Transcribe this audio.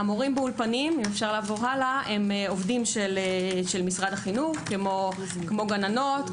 המורים באולפנים הם עובדי משרד החינוך כמו גננות,